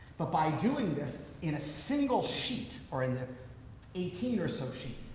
but by doing this in a single sheet, or in the eighteen or so sheets,